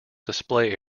display